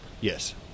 Yes